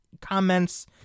comments